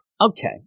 Okay